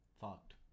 fucked